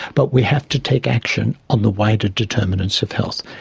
but we have to take action on the wider determinants of health'.